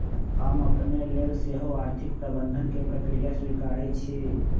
हम अपने लेल सेहो आर्थिक प्रबंधन के प्रक्रिया स्वीकारइ छी